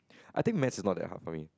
I think maths is not that hard for me